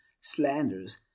slanders